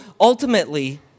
ultimately